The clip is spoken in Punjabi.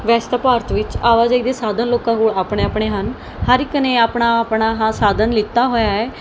ਵੈਸੇ ਤਾਂ ਭਾਰਤ ਵਿੱਚ ਆਵਾਜਾਈ ਦੇ ਸਾਧਨ ਲੋਕਾਂ ਕੋਲ ਆਪਣੇ ਆਪਣੇ ਹਨ ਹਰ ਇੱਕ ਨੇ ਆਪਣਾ ਆਪਣਾ ਹਾ ਸਾਧਨ ਲਿਤਾ ਹੋਇਆ ਹੈ